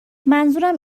منظورم